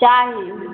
चाही